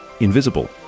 invisible